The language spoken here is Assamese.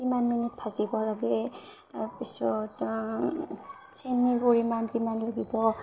কিমান মিনিট ভাজিব লাগে তাৰপিছত চেনী পৰিমাণ কিমানতো দিব বা